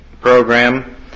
program